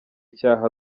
icyaha